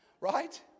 Right